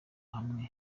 hamwe